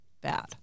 bad